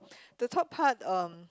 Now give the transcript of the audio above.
the top part um